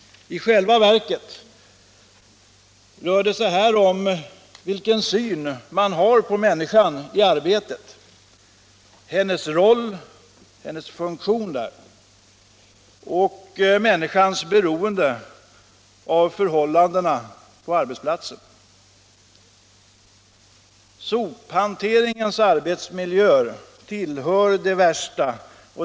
I själva verket rör det sig här om vilken syn man har på människan i arbetet, hennes roll och hennes funktion där, och om människans beroende av förhållandena på arbetsplatsen. Sophanteringens arbetsmiljöer tillhör de värsta.